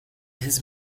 his